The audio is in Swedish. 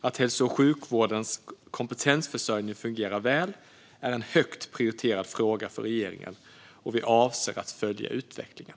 Att hälso och sjukvårdens kompetensförsörjning fungerar väl är en högt prioriterad fråga för regeringen, och vi avser att följa utvecklingen.